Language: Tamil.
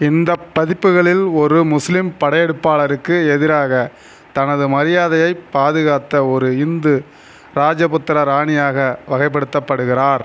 இந்தப் பதிப்புகளில் ஒரு முஸ்லீம் படையெடுப்பாளருக்கு எதிராக தனது மரியாதையைப் பாதுகாத்த ஒரு இந்து ராஜபுத்திர ராணியாக வகைப்படுத்தப்படுகிறார்